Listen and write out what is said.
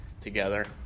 together